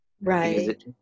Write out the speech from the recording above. right